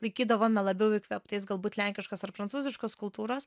laikydavome labiau įkvėptais galbūt lenkiškos ar prancūziškos kultūros